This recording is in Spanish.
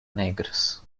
negros